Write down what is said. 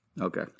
Okay